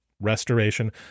Restoration